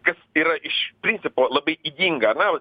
kas yra iš principo labai ydinga na vat